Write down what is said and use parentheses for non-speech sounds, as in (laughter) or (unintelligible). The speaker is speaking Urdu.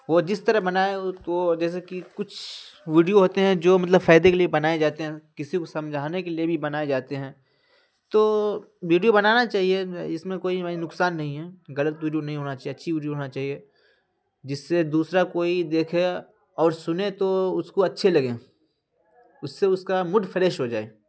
وہ جس طرح بنائے تو جیسے کہ کچھ ویڈیو ہوتے ہیں جو مطلب فائدے کے لیے بنائے جاتے ہیں کسی کو سمجھانے کے لیے بھی بنائے جاتے ہیں تو ویڈیو بنانا چاہیے اس میں کوئی (unintelligible) نقصان نہیں ہے غلط ویڈیو نہیں ہونا چاہیے اچھی ویڈیو ہونا چاہیے جس سے دوسرا کوئی دیکھے اور سنے تو اس کو اچھے لگیں اس سے اس کا موڈ فریش ہو جائے